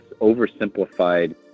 oversimplified